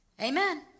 Amen